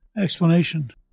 explanation